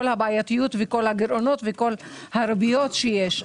הבעיות וכל הגירעונות וכל הריביות שיש.